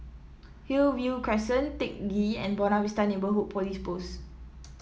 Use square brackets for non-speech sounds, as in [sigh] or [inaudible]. Hillview Crescent Teck Ghee and Buona Vista Neighbourhood Police Post [noise]